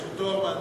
יש לו תואר מהנדס.